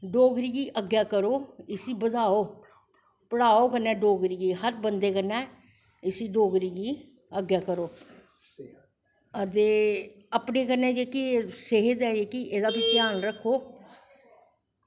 डोगरी गी अग्गैं गरो इसी बधाओ पढ़ाओ कन्नैं डोगरी गी हर बंदे कन्नैं इसी डोगरी गी अग्गै करो ते अपनी कन्नैं सेह्त ऐ जेह्ड़ी एह्दा बी ध्यान रक्खो